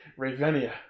Ravenia